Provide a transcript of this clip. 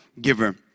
giver